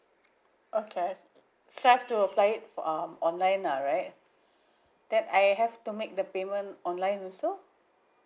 okay so I've to applied it um online lah right then I have to make the payment online also